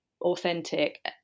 authentic